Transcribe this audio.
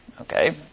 okay